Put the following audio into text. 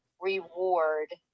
reward